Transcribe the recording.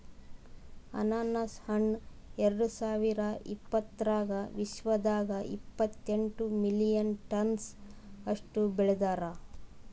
ಅನಾನಸ್ ಹಣ್ಣ ಎರಡು ಸಾವಿರ ಇಪ್ಪತ್ತರಾಗ ವಿಶ್ವದಾಗೆ ಇಪ್ಪತ್ತೆಂಟು ಮಿಲಿಯನ್ ಟನ್ಸ್ ಅಷ್ಟು ಬೆಳದಾರ್